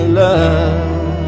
love